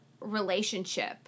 relationship